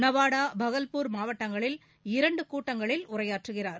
நவாடா பகல்பூர் மாவட்டங்களில் இரண்டு கூட்டங்களில் உரையாற்றுகிறார்